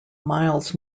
miles